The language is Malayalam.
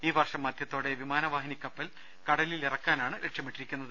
ഈ വർഷം മധൃത്തോടെ വിമാനവാഹിനി കപ്പൽ കടലിൽ ഇറക്കാനാണ് ലക്ഷ്യമിട്ടിരിക്കുന്നത്